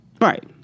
Right